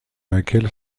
laquelle